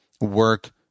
work